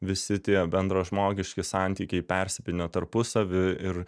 visi tie bendražmogiški santykiai persipynę tarpusavy ir